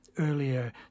Earlier